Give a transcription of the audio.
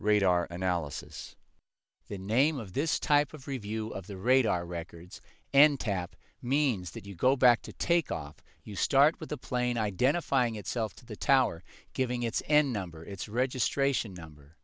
radar analysis the name of this type of review of the radar records and tap means that you go back to take off you start with the plane identifying itself to the tower giving its end number its registration number